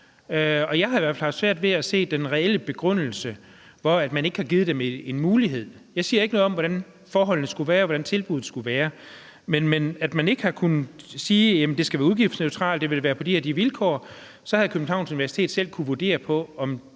nej, har haft svært ved at se den reelle begrundelse for, at man ikke har givet dem en mulighed. Jeg siger ikke noget om, hvordan forholdene skulle have været, og hvordan tilbuddet skulle have været, men man kunne have sagt, at det skulle være udgiftsneutralt, og at det skulle være på de og de vilkår, og så havde Københavns Universitet selv kunnet vurderet,